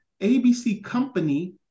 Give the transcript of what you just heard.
abccompany